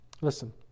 Listen